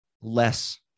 less